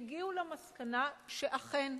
והגיעו למסקנה שאכן,